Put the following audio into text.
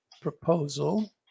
Proposal